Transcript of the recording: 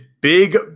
big